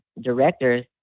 directors